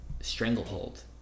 stranglehold